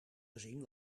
gezien